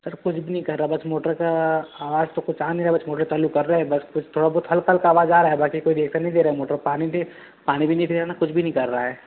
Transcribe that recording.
sir कुछ भी नहीं कर रहा बस मोटर का आवाज़ तो कुछ आ नहीं रहा बस मोटर चालू कर रहा है बस कुछ थोड़ा बहुत हल्का हल्का आवाज़ आ रहा बाकी कोई रिएक्सन नहीं दे रहा है मोटर पानी दे पानी भी नहीं दे रहा है ना कुछ भी नहीं कर रहा है